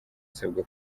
asabwa